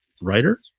writer